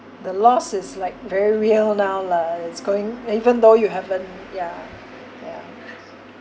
the loss is like very real now lah it's going even though you haven't ya ya